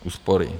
Úspory.